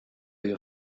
your